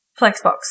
Flexbox